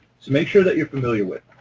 make sure that you're familiar with